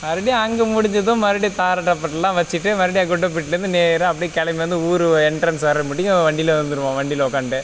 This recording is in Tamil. மறுபடியும் அங்கே முடிஞ்சதும் மறுபடியும் தார தப்பட்டைலாம் வச்சுகிட்டு மறுபடியும் குண்டம்பட்டிலருந்து நேராக அப்படியே கிளம்பி வந்து ஊர் எண்ட்ரன்ஸ் வரம்புட்டிக்கும் வண்டியில வந்துருவோம் வண்டியில உக்காந்துட்டு